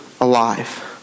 alive